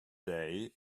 day